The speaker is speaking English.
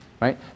right